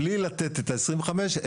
בלי לתת את ה-25%.